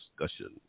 discussion